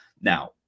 Now